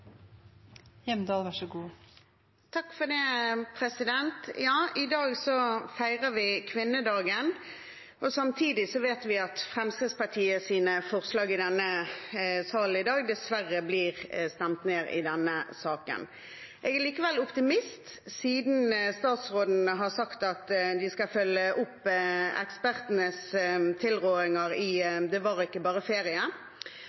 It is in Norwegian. I dag feirer vi kvinnedagen, og samtidig vet vi at Fremskrittspartiets forslag i denne saken i dag dessverre blir stemt ned i denne salen. Jeg er likevel optimist, siden statsråden har sagt at de skal følge opp ekspertenes tilrådinger i «Det var ikke bare ferie»,